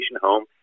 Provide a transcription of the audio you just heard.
home